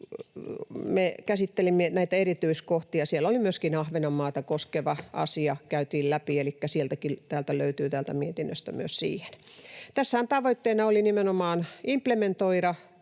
Me käsittelimme näitä erityiskohtia, ja siellä oli myöskin Ahvenanmaata koskeva asia, joka käytiin läpi, elikkä täältä mietinnöstä löytyy myös siihen. Tässähän tavoitteena oli nimenomaan implementoida,